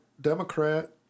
Democrat